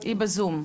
היא בזום.